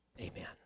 Amen